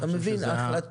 אתה מבין שההחלטות